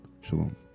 Shalom